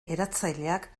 eratzaileak